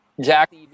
Jack